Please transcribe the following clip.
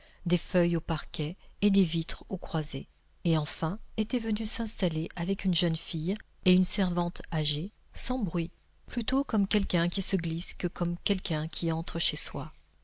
des feuilles aux parquets et des vitres aux croisées et enfin était venu s'installer avec une jeune fille et une servante âgée sans bruit plutôt comme quelqu'un qui se glisse que comme quelqu'un qui entre chez soi